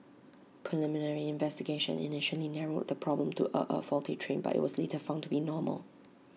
preliminary investigation initially narrowed the problem to A a faulty train but IT was later found to be normal